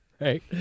right